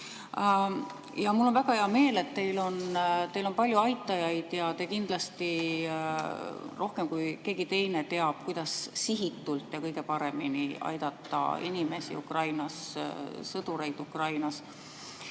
Mul on väga hea meel, et teil on palju aitajaid, aga te kindlasti paremini kui keegi teine teate, kuidas sihitatult ja kõige paremini aidata inimesi Ukrainas, sõdureid Ukrainas.